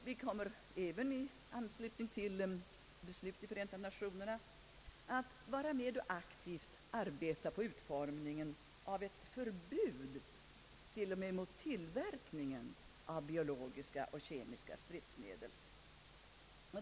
Vi kommer även i anslutning till Förenta nationernas beslut att vara med om att aktivt arbeta på utformningen av ett förbud t.o.m. mot tillverkning av biologiska och kemiska stridsmedel.